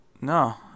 no